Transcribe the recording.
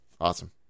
Awesome